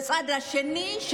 ומהצד השני,